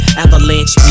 avalanche